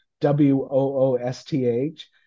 W-O-O-S-T-H